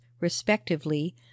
respectively